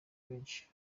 benshi